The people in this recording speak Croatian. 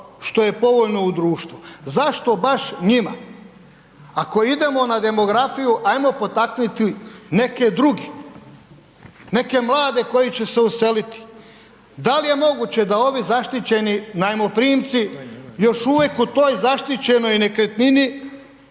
što je povoljno u društvu, zašto baš njima? Ako idemo na demografiju, ajmo potaknuti neke druge. Neke mlade koji će se useliti. Da li je moguće da ovi zaštićeni najmoprimci još uvijek u toj zaštićenoj nekretnini